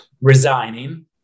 Resigning